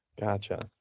Gotcha